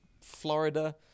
florida